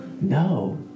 No